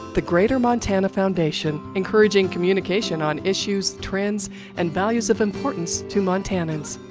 the greater montana foundation, encouraging communication on issues, trends and values of importance to montanans.